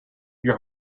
your